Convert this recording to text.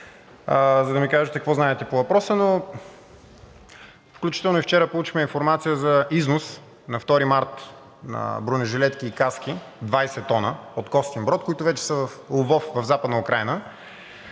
за да ми кажете какво знаете по въпроса, но включително и вчера получихме информация за износ на 2 март на бронежилетки и каски – 20 тона, от Костинброд, които вече са в Лвов, в Западна Украйна.